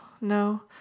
no